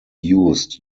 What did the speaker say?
used